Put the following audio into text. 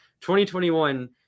2021